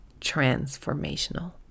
transformational